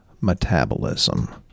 metabolism